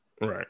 right